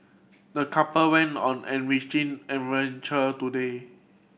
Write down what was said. the couple went on an enriching adventure today